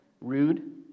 rude